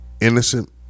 innocent